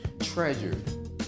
treasured